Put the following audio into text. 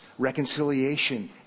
Reconciliation